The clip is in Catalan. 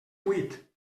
buit